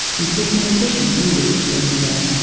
and take medication if needed to bring them down.